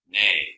nay